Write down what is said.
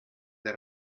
der